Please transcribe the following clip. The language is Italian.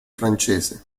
francese